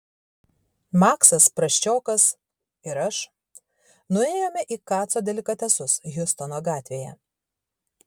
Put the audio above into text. maksas prasčiokas ir aš nuėjome į kaco delikatesus hjustono gatvėje